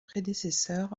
prédécesseur